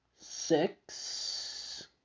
six